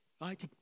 Right